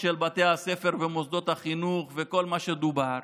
של בתי הספר ומוסדות החינוך וכל מה שדובר,